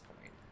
point